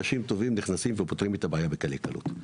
אז היו מתערבים אנשים טובים ופותרים את זה בקלי קלות.